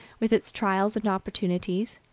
with its trials and opportunities.